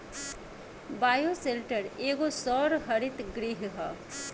bioshelter एगो सौर हरित गृह ह